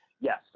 Yes